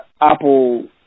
Apple